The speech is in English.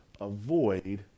avoid